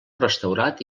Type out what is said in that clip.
restaurat